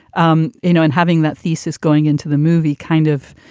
um you know, in having that thesis going into the movie kind of